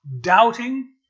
doubting